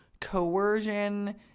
coercion